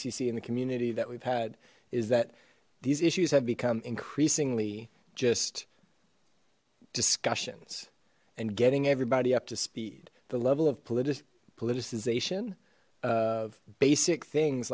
and the community that we've had is that these issues have become increasingly just discussions and getting everybody up to speed the level of politic politicization of basic things